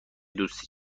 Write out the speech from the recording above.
دوستی